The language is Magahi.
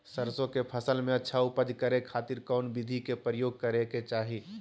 सरसों के फसल में अच्छा उपज करे खातिर कौन विधि के प्रयोग करे के चाही?